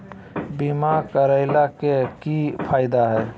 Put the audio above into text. बीमा करैला के की फायदा है?